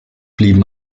blieben